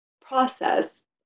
process